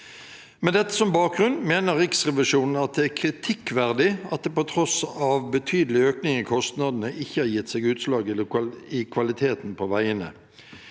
Med dette som bakgrunn mener Riksrevisjonen det er kritikkverdig at det på tross av betydelig økning i kostnadene ikke har gitt seg utslag i kvaliteten på veiene.